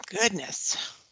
Goodness